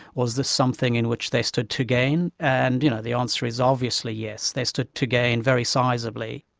was this something in which they stood to gain? and you know the answer is obviously yes, they stood to gain very sizeably.